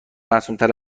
معصومتر